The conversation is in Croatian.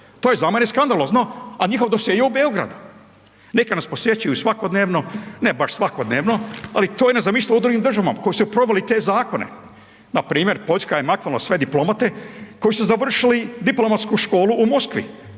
To je za mene skandalozno, a njihov dosje je i u Beogradu. Neka nas posjećuju svakodnevno, ne baš svakodnevno, ali to je nezamislivo u drugim državama koji su proveli te zakone, npr. Poljska je maknula sve diplomate koji su završili Diplomatsku školu u Moskvi,